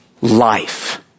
life